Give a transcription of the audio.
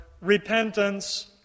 repentance